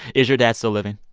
is your dad still living?